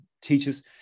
teachers